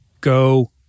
Go